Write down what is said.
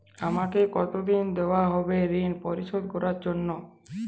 আমাকে কতদিন দেওয়া হবে ৠণ পরিশোধ করার জন্য?